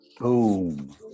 boom